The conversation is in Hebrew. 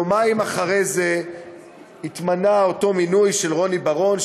יומיים אחרי זה היה אותו מינוי של רוני בר-און,